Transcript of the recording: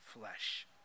flesh